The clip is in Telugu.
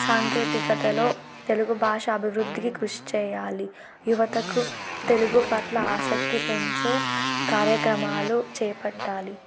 సాంకేతికతలో తెలుగు భాష అభివృద్ధికి కృషి చెయ్యాలి యువతకు తెలుగు పట్ల ఆసక్తి పెంచే కార్యక్రమాలు చేపట్టాలి